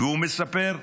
והוא מספר: